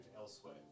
elsewhere